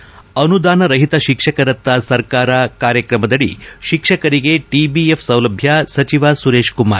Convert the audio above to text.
ಅನುದಾನರಹಿತ ಶಿಕ್ಷಕರತ್ತ ಸರ್ಕಾರ ಕಾರ್ಯಕ್ರಮದಡಿ ಶಿಕ್ಷಕರಿಗೆ ಟಿಬಿಎಫ್ ಸೌಲಭ್ಞ ಸಚಿವ ಸುರೇಶಕುಮಾರ್